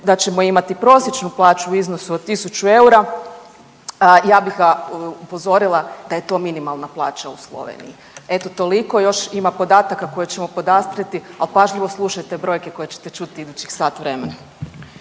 da ćemo imati prosječnu plaću u iznosu od 1.000 EUR-a, ja bih ga upozorila da je to minimalna plaća u Sloveniji. Eto toliko, još ima podataka koje ćemo podastrijeti, ali pažljivo slušajte brojke koje ćete čuti idućih sat vremena.